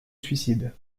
suicide